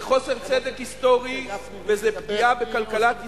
זה חוסר צדק היסטורי וזה פגיעה בכלכלת ישראל.